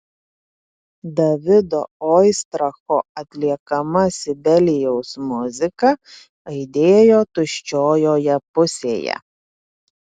davido oistracho atliekama sibelijaus muzika aidėjo tuščiojoje pusėje